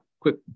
quick